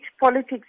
politics